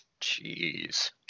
jeez